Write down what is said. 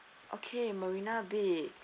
okay marina bay